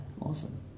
awesome